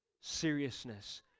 seriousness